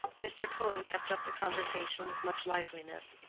mr. cohen kept up the conversation with much liveliness,